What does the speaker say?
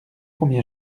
combien